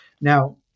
now